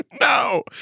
No